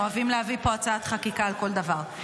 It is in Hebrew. הם אוהבים להביא פה הצעות חקיקה על כל דבר.